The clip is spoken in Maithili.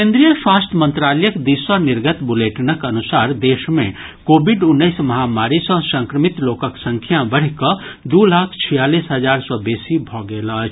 केन्द्रीय स्वास्थ्य मंत्रालयक दिस सॅ निर्गत बुलेटिनक अनुसार देश मे कोविड उन्नैस महामारी सॅ संक्रमित लोकक संख्या बढ़ि कऽ दू लाख छियालिस हजार सॅ बेसी भऽ गेल अछि